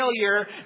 failure